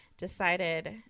decided